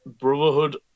Brotherhood